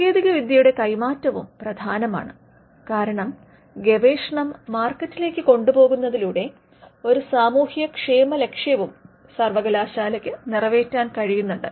സാങ്കേതികവിദ്യയുടെ കൈമാറ്റവും പ്രധാനമാണ് കാരണം ഗവേഷണം മാർക്കറ്റിലേക്ക് കൊണ്ടുപോകുന്നതിലൂടെ ഒരു സാമൂഹ്യക്ഷേമ ലക്ഷ്യവും സർവകലാശാലക്ക് നിറവേറ്റാൻ കഴിയുന്നുണ്ട്